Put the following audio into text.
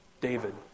David